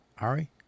Ari